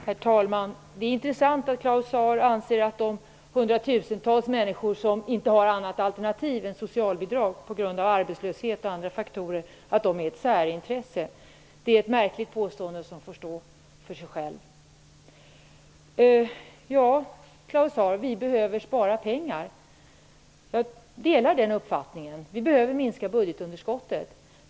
Herr talman! Det är intressant att Claus Zaar anser att de hundratusentals människor som inte har något annat alternativ än socialbidrag, på grund av arbetslöshet och andra faktorer, är ett särintresse. Det är ett märkligt påstående, som får stå för sig självt. Ja, vi behöver spara pengar, Claus Zaar -- jag delar den uppfattningen. Vi behöver minska budgetunderskottet.